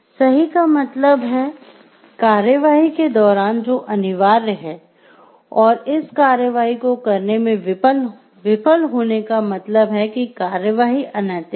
सही का मतलब है कि कार्रवाई के दौरान जो अनिवार्य है और इस कार्रवाई को करने में विफल होने का मतलब है कि कार्रवाई अनैतिक है